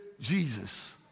Jesus